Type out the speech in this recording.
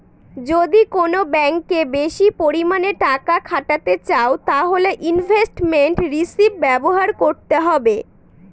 যদি কোন ব্যাঙ্কে বেশি পরিমানে টাকা খাটাতে চাও তাহলে ইনভেস্টমেন্ট রিষিভ ব্যবহার করতে হবে